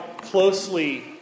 closely